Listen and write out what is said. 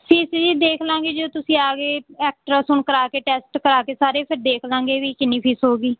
fees ਜੀ ਦੇਖ ਲਵਾਂਗੇ ਜੇ ਤੁਸੀਂ ਆ ਗਏ ਐਕਟਰਾਸਾਊਂਡ ਕਰਵਾ ਕੇ ਟੈਸਟ ਕਰਵਾ ਕੇ ਸਾਰੇ ਫੇਰ ਦੇਖ ਲਵਾਂਗੇ ਵੀ ਕਿੰਨੀ ਫੀਸ ਹੋਊਗੀ